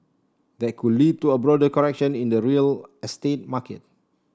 that could lead to a broader correction in the real estate market